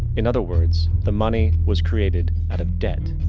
in other words, the money was created out of debt.